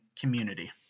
Community